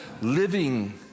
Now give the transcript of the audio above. living